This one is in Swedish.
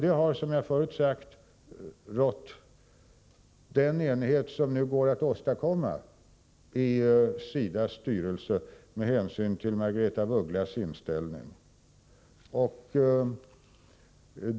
Det har, som jag förut sagt, rått den enighet som går att åstadkomma i SIDA:s styrelse med hänsyn till Margaretha af Ugglas inställning.